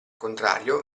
contrario